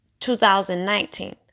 2019